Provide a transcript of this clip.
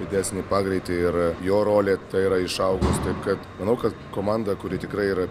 didesnį pagreitį ir jo rolėta yra išaugus taip kad manau kad komanda kuri tikrai yra